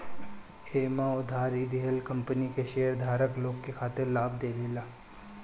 एमे उधारी देहल कंपनी के शेयरधारक लोग के खातिर लाभ देवेला